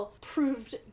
proved